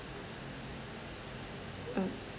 uh